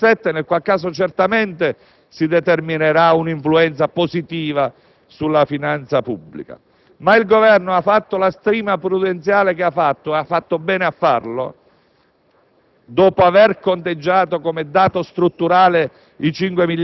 sarà confermato nel corso del 2007, nel qual caso certamente si determinerà un'influenza positiva sulla finanza pubblica. Ma il Governo ha fatto la stima prudenziale che ha fatto, e bene ha fatto